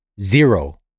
zero